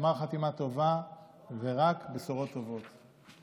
גמר חתימה טובה ורק בשורות טובות.